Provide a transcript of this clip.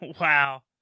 Wow